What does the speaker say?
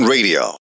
Radio